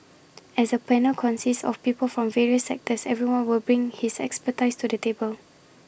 as the panel consists of people from various sectors everyone will bring his expertise to the table